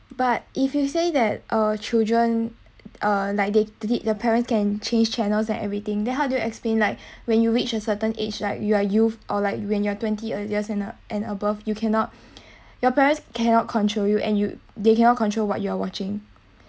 but if you say that uh children uh like they did the parents can change channels and everything then how do you explain like when you reach a certain age like you are youth or like when you're twenty earliest and uh and above you cannot your parents cannot control you and you they cannot control what you're watching